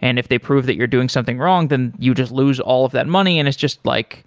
and if they prove that you're doing something wrong, then you just lose all of that money and it's just like